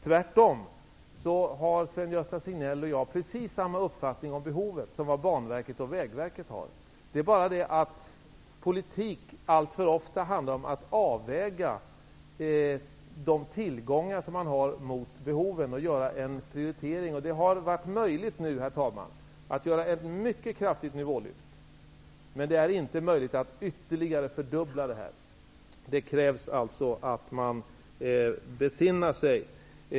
Tvärtom har Sven-Gösta Signell och jag precis samma uppfattning om behoven som Banverket och Vägverket har. Men alltför ofta handlar det i politiken om att avväga de tillgångar som finns mot behoven och att göra en prioritering. Det har varit möjligt nu, herr talman, att få ett mycket kraftigt nivålyft. Det är inte möjligt att ytterligare fördubbla det. Det gäller alltså att besinna sig.